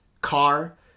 car